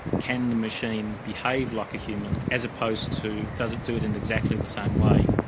can the machine behave like a human as opposed to does it do it in exactly the same way?